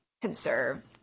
conserve